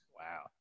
Wow